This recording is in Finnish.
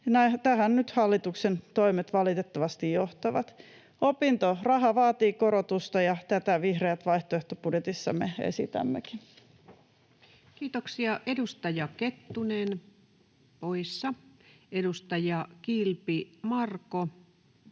tähän nyt hallituksen toimet valitettavasti johtavat. Opintoraha vaatii korotusta, ja tätä me vihreät vaihtoehtobudjetissamme esitämmekin. Kiitoksia. — Edustaja Kettunen poissa, edustaja Kilpi, Marko,